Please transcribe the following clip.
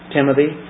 Timothy